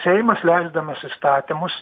seimas leisdamas įstatymus